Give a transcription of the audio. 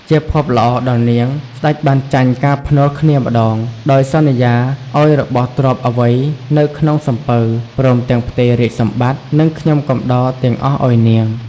ជាភ័ព្វល្អដល់នាង ស្ដេចបានចាញ់ការភ្នាល់គ្នាម្ដង ដោយសន្យាឲ្យរបស់ទ្រព្យអ្វីនៅក្នុងសំពៅ ព្រមទាំងផ្ទេររាជសម្បត្តិ និងខ្ញុំកំដរទាំងអស់ឲ្យនាង ។